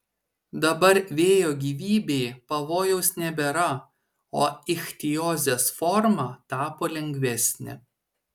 dabar vėjo gyvybei pavojaus nebėra o ichtiozės forma tapo lengvesnė